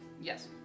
yes